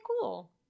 cool